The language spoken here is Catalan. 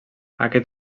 aquest